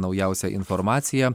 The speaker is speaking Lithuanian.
naujausią informaciją